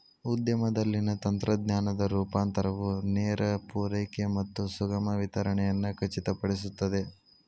ಉದ್ಯಮದಲ್ಲಿನ ತಂತ್ರಜ್ಞಾನದ ರೂಪಾಂತರವು ನೇರ ಪೂರೈಕೆ ಮತ್ತು ಸುಗಮ ವಿತರಣೆಯನ್ನು ಖಚಿತಪಡಿಸುತ್ತದೆ